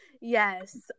Yes